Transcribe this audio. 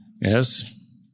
Yes